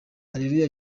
areruya